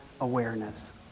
awareness